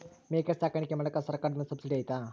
ಮೇಕೆ ಸಾಕಾಣಿಕೆ ಮಾಡಾಕ ಸರ್ಕಾರದಿಂದ ಸಬ್ಸಿಡಿ ಐತಾ?